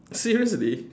seriously